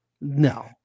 no